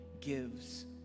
gives